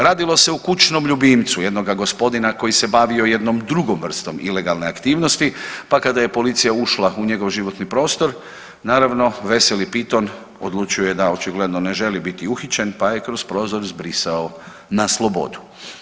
Radilo se o kućnom ljubicu jednoga gospodina koji se bavio jednom drugom vrstom ilegalne aktivnosti pa kada je policija ušla u njegov životni prostor naravno veseli piton odlučio je da očigledno ne želi biti uhićen pa je kroz prozor zbrisao na slobodu.